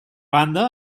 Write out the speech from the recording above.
banda